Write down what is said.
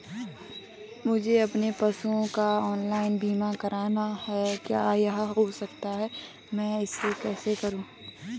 मुझे अपने पशुओं का ऑनलाइन बीमा करना है क्या यह हो सकता है मैं इसको कैसे करूँ?